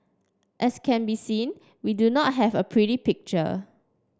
as can be seen we do not have a pretty picture